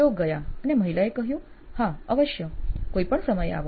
તેઓ ગયા અને મહિલાએ કહ્યું હા અવશ્ય કોઈ પણ સમયે આવો